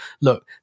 look